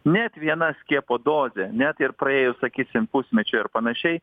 net viena skiepo dozė net ir praėjus sakysim pusmečiui ar panašiai